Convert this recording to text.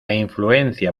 influencia